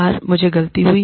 बार मुझसे गलती हो गई